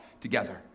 together